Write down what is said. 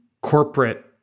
corporate